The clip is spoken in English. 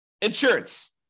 insurance